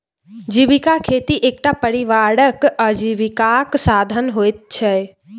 जीविका खेती एकटा परिवारक आजीविकाक साधन होइत छै